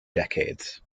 decades